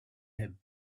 him